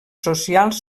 socials